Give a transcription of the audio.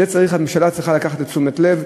הממשלה צריכה לקחת לתשומת לב.